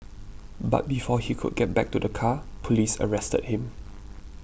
but before he could get back to the car police arrested him